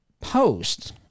post